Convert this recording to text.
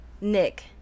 Nick